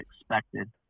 expected